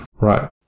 Right